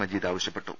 മജീദ് ആവശ്യപ്പെട്ടു